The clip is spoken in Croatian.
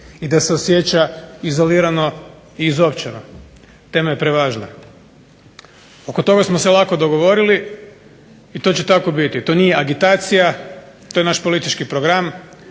i da se osjeća izolirano i izopćeno. Tema je prevažna. Oko toga smo se lako dogovorili i to će tako biti. To nije agitacija, to je naš politički program.